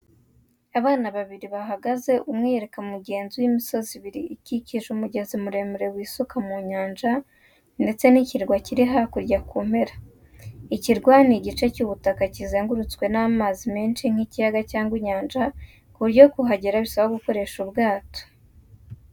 Abana babiri bahagaze umwe yereka mugenzi we imisozi ibiri ikikije umugezi muremure w'isuka mu nyanja ndetse n'ikirwa kiri hakurya ku mpera. Ikirwa ni igice cy'ubutaka kizengurutswe n'amazi menshi nk' ikiyaga cyangwa inyanja kuburyo kuhagera bisaba gukoresha ubwato.